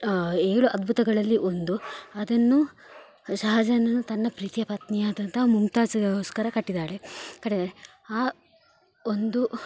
ಏಳು ಅದ್ಭುತಗಳಲ್ಲಿ ಒಂದು ಅದನ್ನು ಶಹಜಾನನು ತನ್ನ ಪ್ರೀತಿಯ ಪತ್ನಿಯಾದಂತಹ ಮುಮ್ತಾಝಿಗೋಸ್ಕರ ಕಟ್ಟಿದ್ದಾಳೆ ಕಟ್ಟಿದ್ದಾರೆ ಆ ಒಂದು